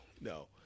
No